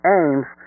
aims